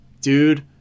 dude